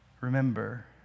remember